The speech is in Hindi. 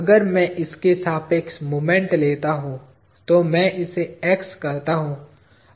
अगर मैं इसके सापेक्ष मोमेंट लेता हूं तो मैं इसे X कहता हूं